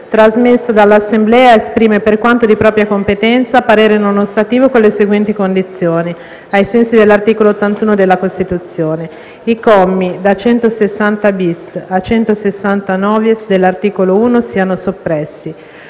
trasmesso dall'Assemblea, esprime, per quanto di propria competenza, parere non ostativo con le seguenti condizioni, ai sensi dell'articolo 81 della Costituzione: - i commi da 160-*bis* a 160-*novies* dell'articolo 1 siano soppressi;